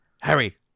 harry